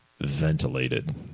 ventilated